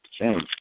change